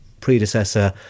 predecessor